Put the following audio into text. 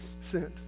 sent